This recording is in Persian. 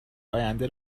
آینده